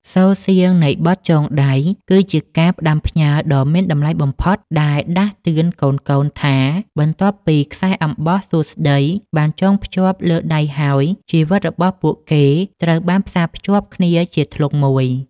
សូរសៀងនៃបទចងដៃគឺជាការផ្ដាំផ្ញើដ៏មានតម្លៃបំផុតដែលដាស់តឿនកូនៗថា បន្ទាប់ពីខ្សែអំបោះសួស្តីបានចងភ្ជាប់លើដៃហើយ ជីវិតរបស់ពួកគេត្រូវបានផ្សារភ្ជាប់គ្នាជាធ្លុងមួយ